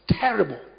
terrible